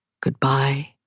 Goodbye